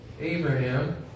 Abraham